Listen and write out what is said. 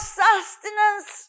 sustenance